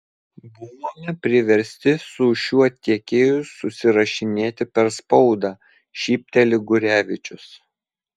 buvome priversti su šiuo tiekėju susirašinėti per spaudą šypteli gurevičius